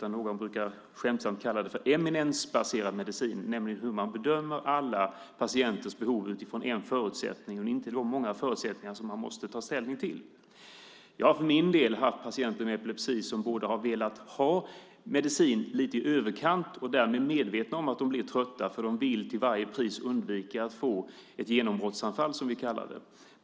Någon brukar skämtsamt kalla det för eminensbaserad medicin, att man bedömer alla patienters behov utifrån en förutsättning, inte utifrån de många förutsättningar som man måste ta hänsyn till. Jag har för min del haft patienter med epilepsi som har velat ha medicin lite i överkant. Därmed är de medvetna om att de blir lite trötta, men de vill till varje pris undvika att få ett genombrottsanfall, som vi kallar det.